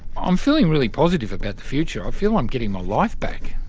i'm feeling really positive about the future. i feel i'm getting my life back.